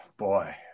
Boy